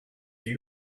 you